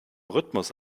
rhythmus